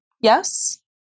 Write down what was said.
Yes